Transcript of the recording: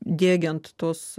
diegiant tuos